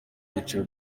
byiciro